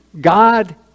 God